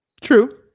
true